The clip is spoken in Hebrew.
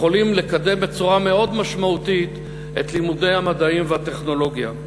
יכולים לקדם בצורה מאוד משמעותית את לימודי המדעים והטכנולוגיה.